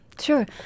Sure